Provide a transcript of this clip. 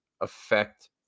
affect